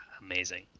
Amazing